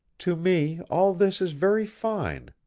to me all this is very fine,